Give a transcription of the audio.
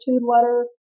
letter